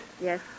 Yes